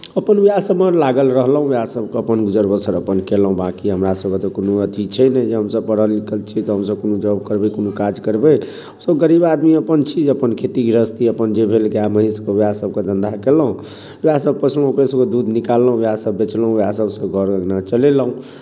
अपन उएह सभमे लागल रहलहुँ उएहसभके अपन गुजर बसर अपन केलहुँ बाँकी हमरासभके तऽ कोनो अथि छै नहि जे हमसभ पढ़ल लिखल छी तऽ हमसभ कोनो जॉब करबै कोनो काज करबै हमसभ गरीब आदमी अपन छी जे अपन खेती गृहस्थी अपन जे भेल गाय महीँसके उएहसभके धन्धा केलहुँ उएहसभ पोसलहुँ पशुके दूध निकाललहुँ उएहसभ बेचलहुँ उएहसभसँ घर अङ्गना चलेलहुँ